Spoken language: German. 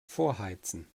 vorheizen